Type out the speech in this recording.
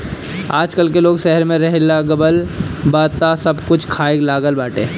आजकल लोग शहर में रहेलागल बा तअ सब कुछ खाए लागल बाटे